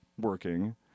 working